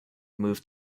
moved